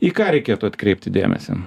į ką reikėtų atkreipti dėmesį